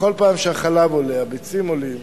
בכל פעם שמחיר החלב עולה, מחיר הביצים עולה,